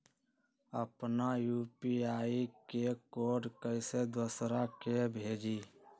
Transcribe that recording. अपना यू.पी.आई के कोड कईसे दूसरा के भेजी?